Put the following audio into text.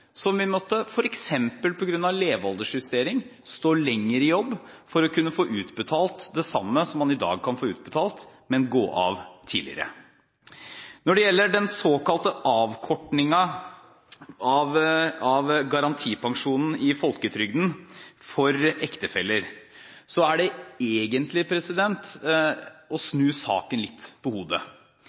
av levealdersjustering måtte stå lenger i jobb for å kunne få utbetalt det samme som man i dag kan få utbetalt, om man går av tidligere. Når det gjelder den såkalte avkortingen av garantipensjonen i Folketrygden for ektefeller, er det egentlig å snu saken litt på hodet.